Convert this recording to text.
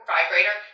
vibrator